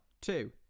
two